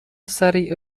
سریع